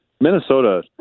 Minnesota